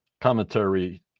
commentary